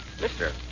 Mister